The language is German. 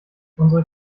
unsere